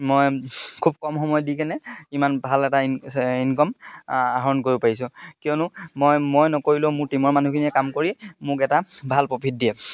মই খুব কম সময় দি কেনে ইমান ভাল এটা ইনকম আহৰণ কৰিব পাৰিছোঁ কিয়নো মই মই নকৰিলেও মোৰ টীমৰ মানুহখিনিয়ে কাম কৰি মোক এটা ভাল প্ৰফিট দিয়ে